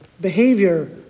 behavior